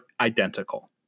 identical